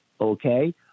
okay